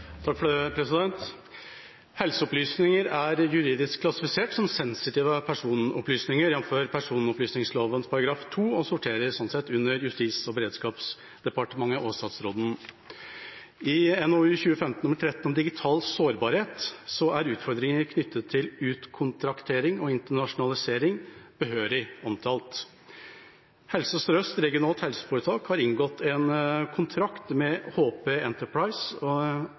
juridisk klassifisert som «sensitive personopplysninger», jf. personopplysningsloven § 2, og sorterer sånn sett under Justis- og beredskapsdepartementet og statsråden. I NOU 2015:13 om digital sårbarhet er utfordringene knyttet til utkontraktering og internasjonalisering behørig omtalt. Helse Sør-Øst RHF har inngått en kontrakt med HP Enterprise,